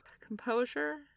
composure